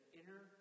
inner